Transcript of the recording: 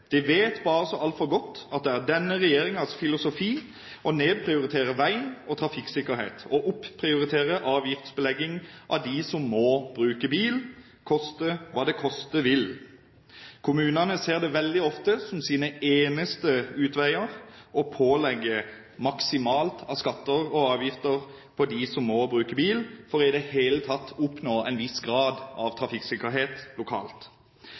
det. De vet bare så altfor godt at det er denne regjeringens filosofi å nedprioritere vei og trafikksikkerhet og opprioritere avgiftslegging av dem som må bruke bil, koste hva det koste vil. Kommunene ser det veldig ofte som sin eneste utvei å pålegge dem som må bruke bil, maksimalt av skatter og avgifter for i det hele tatt å oppnå en viss grad av trafikksikkerhet lokalt.